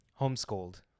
homeschooled